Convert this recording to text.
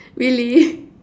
really